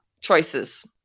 Choices